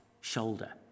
shoulder